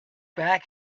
back